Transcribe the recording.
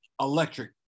Electric